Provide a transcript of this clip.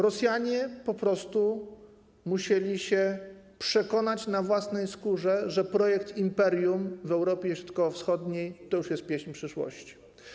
Rosjanie po prostu musieli się przekonać na własnej skórze, że projekt imperium w Europie Środkowo-Wschodniej to już jest pieśń przeszłości.